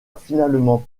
finalement